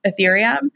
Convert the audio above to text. Ethereum